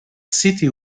city